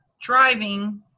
driving